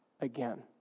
again